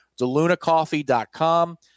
delunacoffee.com